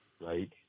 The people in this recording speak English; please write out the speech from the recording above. right